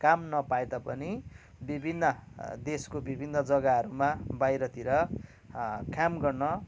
काम न पाएता पनि विभिन्न देशको विभिन्न जग्गाहरूमा बाहिरतिर काम गर्न